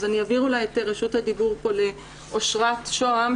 אני אעביר את רשות הדיבור לאשרת שהם,